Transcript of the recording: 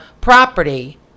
property